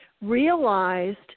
realized